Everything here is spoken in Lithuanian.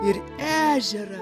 ir ežerą